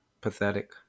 pathetic